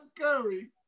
Curry